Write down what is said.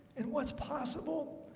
and what's possible?